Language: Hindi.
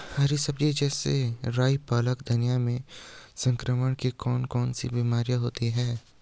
हरी सब्जी जैसे राई पालक धनिया में संक्रमण की कौन कौन सी बीमारियां होती हैं?